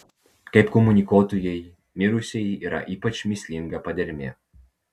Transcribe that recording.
kaip komunikuotojai mirusieji yra ypač mįslinga padermė